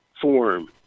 form